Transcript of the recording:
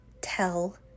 tell